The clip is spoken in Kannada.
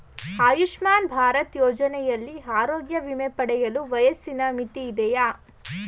ಆಯುಷ್ಮಾನ್ ಭಾರತ್ ಯೋಜನೆಯಲ್ಲಿ ಆರೋಗ್ಯ ವಿಮೆ ಪಡೆಯಲು ವಯಸ್ಸಿನ ಮಿತಿ ಇದೆಯಾ?